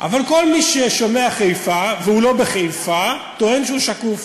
אבל כל מי ששומע חיפה והוא לא בחיפה טוען שהוא שקוף.